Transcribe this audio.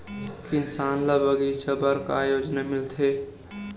किसान ल बगीचा बर का योजना मिलथे?